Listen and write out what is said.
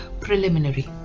Preliminary